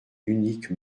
unique